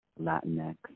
Latinx